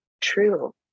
true